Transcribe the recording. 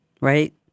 Right